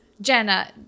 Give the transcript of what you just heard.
Jenna